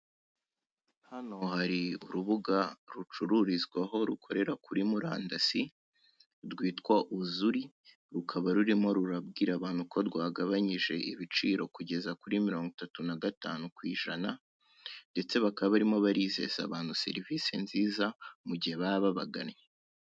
Hano hari urubuga rucururizwaho rukorera kuri murandasi rwitwa uzuri, rukaba rurimo rurabwira abantu ko rwagabanyije ibiciro kugeza kuri 35% ndetse bakaba barimo barizeza abantu serivisi nziza mu gihe baba babaganye.